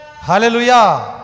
Hallelujah